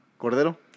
Cordero